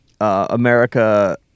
America